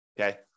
okay